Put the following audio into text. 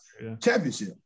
championship